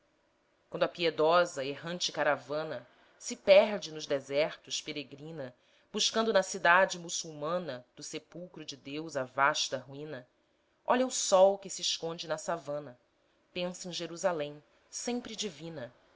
quando a piedosa errante caravana se perde nos desertos peregrina buscando na cidade muçulmana do sepulcro de deus a vasta ruína olha o sol que se esconde na savana pensa em jerusalém sempre divina